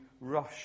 rush